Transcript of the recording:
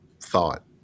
thought